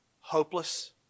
hopeless